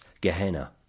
Gehenna